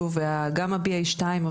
שוב גם ה- BA2,